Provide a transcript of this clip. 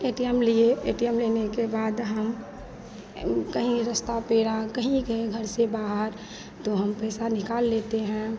ए T M लिए A T M लेने के बाद हम कहीं रास्ता पर या कहीं गए घर से बाहर तो हम पैसा निकाल लेते हैं